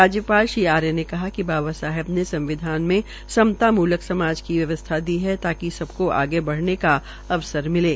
राज्यपाल श्री आर्य ने कहा कि बाबा साहेब ने संविधान में समतामूलक समाज की व्यवस्था दी है ताकि सबकों आगे बढ़ने का अवसर मिले